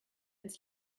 ins